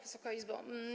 Wysoka Izbo!